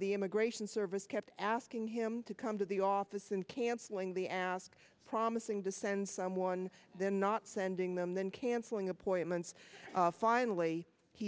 the immigration service kept asking him to come to the office and cancelling the ask promising to send someone then not sending them then cancelling appointments finally he